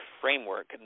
framework